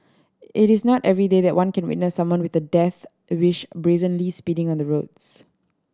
it is not everyday that one can witness someone with a death wish brazenly speeding on the roads